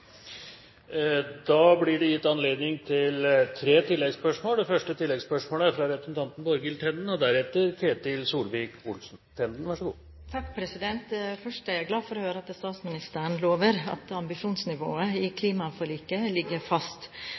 Det blir gitt anledning til tre oppfølgingsspørsmål – først Borghild Tenden. Først vil jeg si at jeg er glad for å høre at statsministeren lover at ambisjonsnivået i klimaforliket ligger fast.